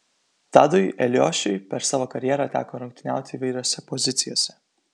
tadui eliošiui per savo karjerą teko rungtyniauti įvairiose pozicijose